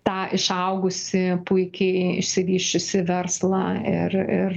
tą išaugusį puikiai išsivysčiusį verslą ir ir